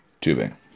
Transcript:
tubing